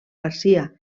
garcia